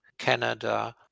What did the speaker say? Canada